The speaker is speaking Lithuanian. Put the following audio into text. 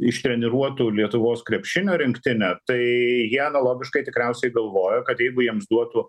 ištreniruotų lietuvos krepšinio rinktinę tai jie analogiškai tikriausiai galvoja kad jeigu jiems duotų